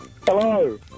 Hello